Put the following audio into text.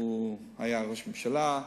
הוא היה ראש ממשלה,